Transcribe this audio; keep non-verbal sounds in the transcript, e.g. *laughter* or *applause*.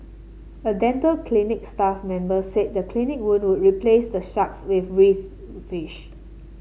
a dental clinic staff member said the clinic would *unintelligible* replace the sharks with reef fish